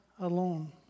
Alone